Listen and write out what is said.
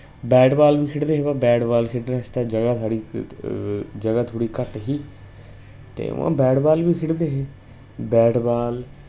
bat ball बी खेढदे हे बा बैट बाल खेढने आस्तै जगह् साढ़ी जगह थुह्ड़ी घट ही ते हून बैट बाल बी खेढदे हे